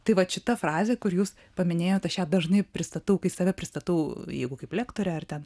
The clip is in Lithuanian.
tai vat šita frazė kur jūs paminėjot aš ją dažnai pristatau kai save pristatau jeigu kaip lektorė ar ten